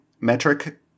metric